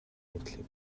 мэдлэг